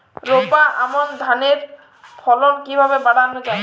রোপা আমন ধানের ফলন কিভাবে বাড়ানো যায়?